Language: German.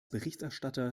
berichterstatter